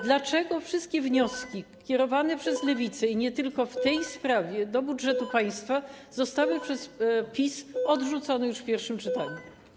Dlaczego wszystkie wnioski kierowane - przez Lewicę i nie tylko - w tej sprawie, jeśli chodzi o budżet państwa, zostały przez PiS odrzucone już w pierwszym czytaniu?